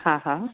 हा हा